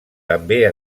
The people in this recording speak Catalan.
també